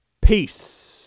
Peace